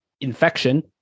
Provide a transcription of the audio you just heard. infection